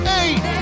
eight